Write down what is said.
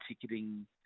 ticketing